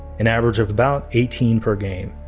an average of about eighteen per game.